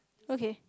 okay